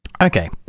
Okay